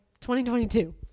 2022